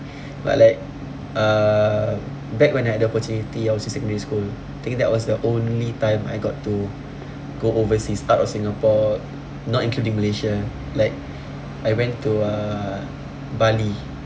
but like uh back when like the opportunity I was in secondary school think that was the only time I got to go overseas out of Singapore not including Malaysia like I went to uh Bali